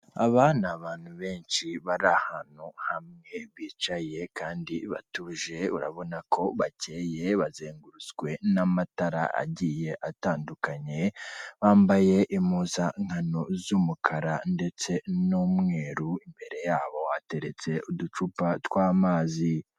Aba n'abantu benshi bari ahantu hamwe bicaye kandi batuje urabona ko bakeye, bazengurutswe n'amatara agiye atandukanye bambaye impuzankano z'umukara ndetse n'umweru imbere yabo hateretse uducupa tw'amazi.